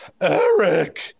Eric